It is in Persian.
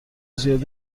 زیادی